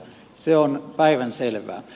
se on päivänselvää